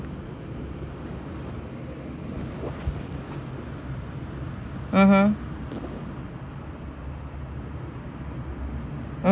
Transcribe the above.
mmhmm